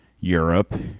Europe